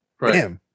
Right